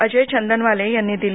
अजय चंदनवाले यांनी दिली